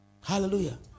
Hallelujah